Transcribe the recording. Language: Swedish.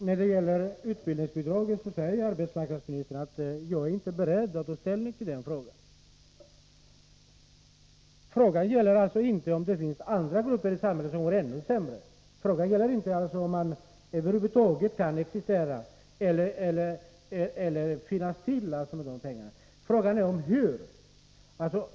Herr talman! Arbetsmarknadsministern säger att hon inte är beredd att ta ställning till frågan om utbildningsbidraget. Frågan gäller inte om det finns andra grupper i samhället som har det ännu sämre. Den gäller inte om man över huvud taget kan existera på det belopp som eleverna får. Frågan är hur de skall kunna göra det.